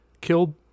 killed